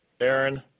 Aaron